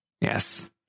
Yes